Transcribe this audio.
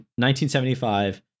1975